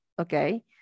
okay